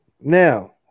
Now